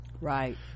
right